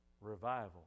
revival